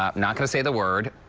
ah not going to say the word.